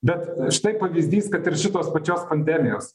bet štai pavyzdys kad ir šitos pačios pandemijos